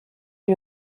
est